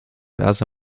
razy